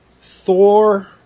Thor